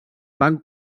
van